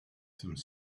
some